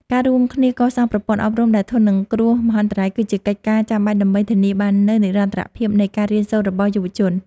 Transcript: ការរួមគ្នាកសាងប្រព័ន្ធអប់រំដែលធន់នឹងគ្រោះមហន្តរាយ គឺជាកិច្ចការចាំបាច់ដើម្បីធានាបាននូវនិរន្តរភាពនៃការរៀនសូត្ររបស់យុវជន។